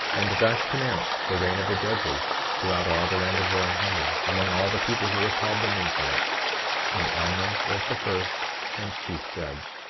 and thus commenced the reign of the judges throughout all the land of zarahemla, among all the people who were called the nephites and alma was the first and chief judge.